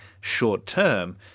short-term